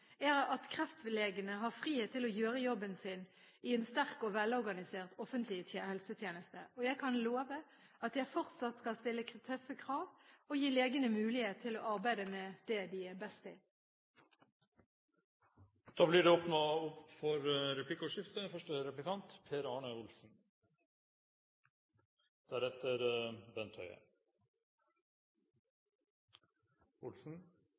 er at kreftlegene har frihet til å gjøre jobben sin i en sterk og velorganisert offentlig helsetjeneste. Jeg kan love at jeg fortsatt skal stille tøffe krav og gi legene mulighet til å arbeide med det de er best til. Det blir replikkordskifte.